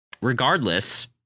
regardless